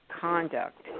conduct